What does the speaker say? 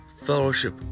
fellowship